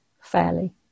fairly